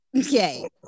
Okay